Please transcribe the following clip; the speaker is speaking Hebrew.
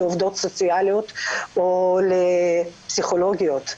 עובדות סוציאליות או פסיכולוגיות.